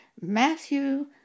Matthew